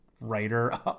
writer